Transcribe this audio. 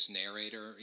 narrator